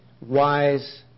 wise